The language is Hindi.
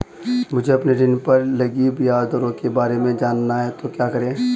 मुझे अपने ऋण पर लगी ब्याज दरों के बारे में जानना है तो क्या करें?